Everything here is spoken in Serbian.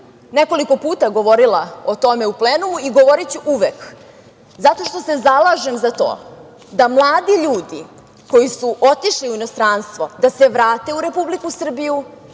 nekoliko puta govorila o tome u plenumu i govoriću uvek, zato što se zalažem za to da mladi ljudi koji su otišli u inostranstvo da se vrate u Republiku Srbiju,